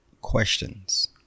questions